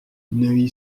neuilly